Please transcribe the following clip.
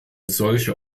solche